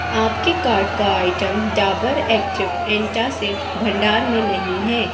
आपके कार्ट का item Dabur active antacid भंडार में नहीं है